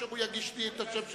כאשר הוא יגיש לי את השם שלו.